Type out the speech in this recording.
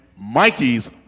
Mikey's